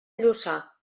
lluçà